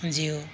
ज्यू